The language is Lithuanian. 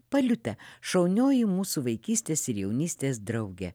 paliute šaunioji mūsų vaikystės ir jaunystės draugė